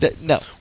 no